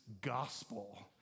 gospel